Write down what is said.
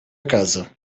casa